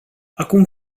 acum